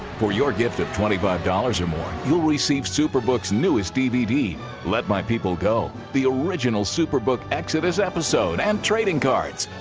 for your gift of twenty five dollars or more, you'll receive superbook's newest dvd let my people go, the original superbook exodus episode and trading cards.